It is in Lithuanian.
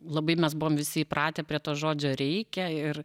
labai mes buvom visi įpratę prie to žodžio reikia ir